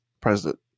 president